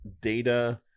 data